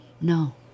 No